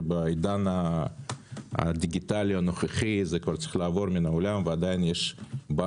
בעידן הדיגיטלי הנוכחי אני חושב שזה צריך לעבור מן העולם ועדיין יש בנקים